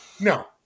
No